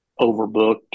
overbooked